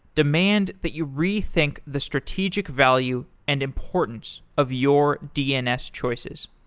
demand that you rethink the strategic value and importance of your dns choices.